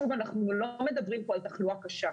שוב, אנחנו לא מדברים כאן על תחלואה קשה.